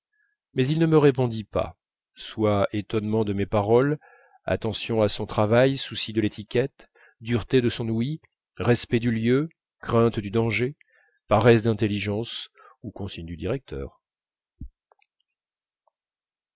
mais il ne me répondit pas soit étonnement de mes paroles attention à son travail souci de l'étiquette dureté de son ouïe respect du lieu crainte du danger paresse d'intelligence ou consigne du directeur